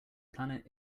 planet